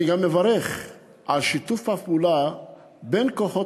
אני גם מברך על שיתוף הפעולה בין כוחות